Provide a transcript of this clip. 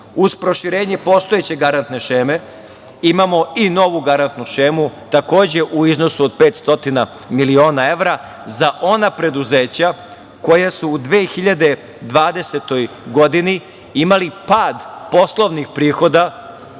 Uz proširenje postojeće garante šeme imamo i novu garantnu šemu, takođe u iznosu od 500 miliona evra za ona preduzeća koja su u 2020. godini imali pad poslovnih prihoda